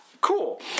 cool